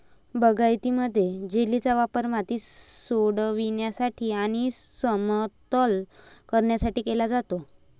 बागायतीमध्ये, जेलीचा वापर माती सोडविण्यासाठी आणि समतल करण्यासाठी केला जातो